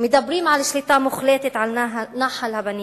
מדברים על שליטה מוחלטת על נחל הבניאס,